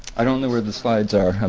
i don't know where the slides are, i'm